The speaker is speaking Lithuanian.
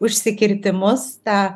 užsikirtimus tą